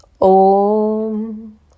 om